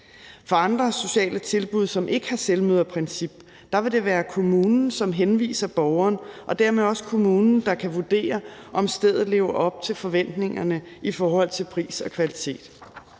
For andre sociale tilbud, som ikke har selvmøderprincip, vil det være kommunen, som henviser borgeren, og dermed også kommunen, der kan vurdere, om stedet lever op til forventningerne i forhold til pris og kvalitet.